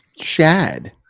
Shad